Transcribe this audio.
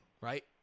right